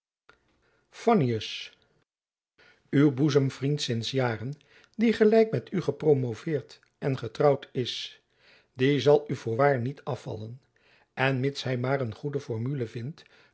fannius uw boezemvriend sints jaren die gelijk met u gepromoveerd en getrouwd is die zal u voorwaar niet afvallen en mits hy maar een goede formule vindt